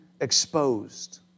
exposed